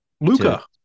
Luca